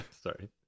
sorry